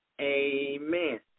Amen